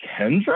kendra